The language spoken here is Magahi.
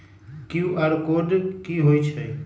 कियु.आर कोड कि हई छई?